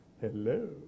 Hello